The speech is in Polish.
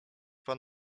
pan